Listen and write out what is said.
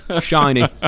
Shiny